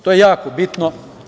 To je jako bitno.